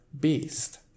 beast